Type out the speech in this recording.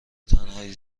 تنهایی